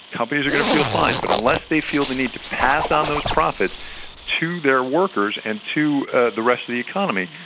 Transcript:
companies are going to feel fine but unless they feel the need to pass on those profits to their workers and to ah the rest of the economy,